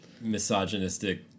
misogynistic